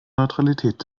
neutralität